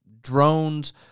drones